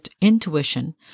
intuition